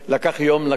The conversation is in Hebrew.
לקח יום, לקח יומיים,